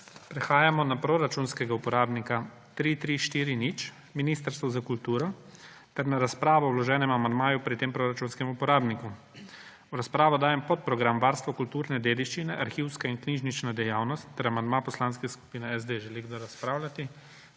Prehajamo na proračunskega uporabnika 3340 Ministrstvo za kulturo ter na razpravo o vloženem amandmaju pri tem proračunskem uporabniku. V razpravo dajem podprogram Varstvo kulturne dediščine, arhivska in knjižnična dejavnost ter amandma Poslanske skupine SD. Želi kdo razpravljati?